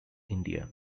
india